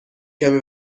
کمی